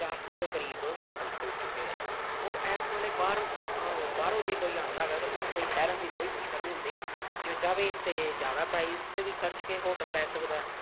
ਚਾਰ ਸੌ ਦੇ ਕਰੀਬ ਹੋਟਲ ਖੁੱਲ੍ਹ ਚੁੱਕੇ ਹੋਏ ਆ ਔਰ ਇਸ ਵੇਲੇ ਬਾਹਰ ਬਾਹਰੋਂ ਜੇ ਕੋਈ ਆਉਂਦਾ ਵੈ ਤਾਂ ਉਹਨੂੰ ਕੋਈ ਠਹਿਰਣ ਦੀ ਕੋਈ ਮੁਸ਼ਕਿਲ ਨਹੀਂ ਹੁੰਦੀ ਜੇ ਉਹ ਚਾਹਵੇ ਤਾਂ ਜ਼ਿਆਦਾ ਪ੍ਰਾਈਜ 'ਤੇ ਵੀ ਖਰਚ ਕੇ ਹੋਟਲ ਲੈ ਸਕਦਾ